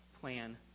plan